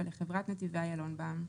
ולחברת נתיבי איילון בע"מ".